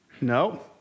No